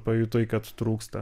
pajutai kad trūksta